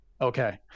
okay